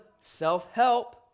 self-help